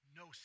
no